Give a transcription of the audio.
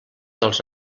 dels